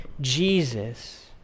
Jesus